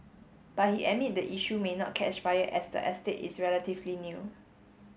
but he admits the issue may not catch fire as the estate is relatively new